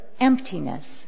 emptiness